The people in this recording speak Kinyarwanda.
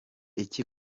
iki